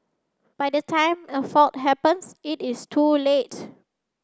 by the time a fault happens it is too late